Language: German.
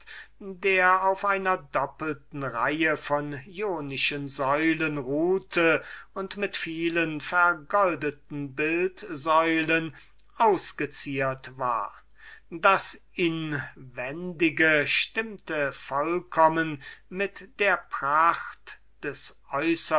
der auf einer doppelten reihe von jonischen säulen ruhte und mit vielen vergoldeten bildsäulen ausgezieret war das inwendige dieses hauses stimmte vollkommen mit der pracht des